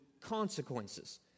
consequences